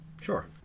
Sure